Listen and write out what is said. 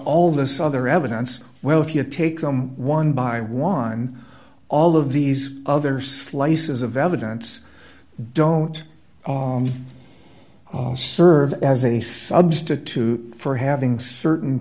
all this other evidence well if you take them one by one all of these other slices of evidence don't serve as a substitute for having certain